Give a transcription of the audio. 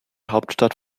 hauptstadt